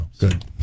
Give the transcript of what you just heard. Good